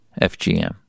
FGM